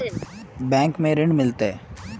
Bank में ऋण मिलते?